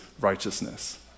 righteousness